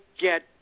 get